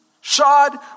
shod